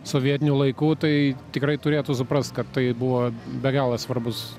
sovietinių laikų tai tikrai turėtų suprast kad tai buvo be gala svarbus